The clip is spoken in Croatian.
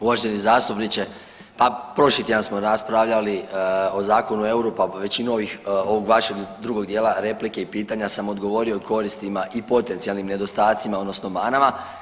Uvaženi zastupniče, pa prošli tjedan smo raspravljali o Zakonu o euru, pa većinu ovih, ovog vašeg drugog dijela replike i pitanja sam odgovorio o koristima i potencijalnim nedostacima, odnosno manama.